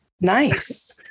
Nice